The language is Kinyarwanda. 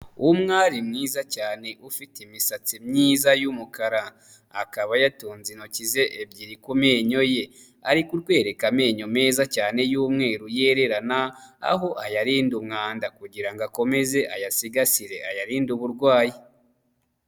Umwari mwiza cyane ufite imisatsi myiza y'umukara akaba yatonnze intoki ze ebyiri ku menyo ye, ariko kutwereka amenyo meza cyane yu'mweru yererana aho ayarinda umwanda kugirango akomeze ayasigasire ayarinde uburwayi.